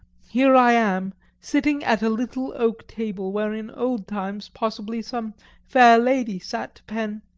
here i am, sitting at a little oak table where in old times possibly some fair lady sat to pen,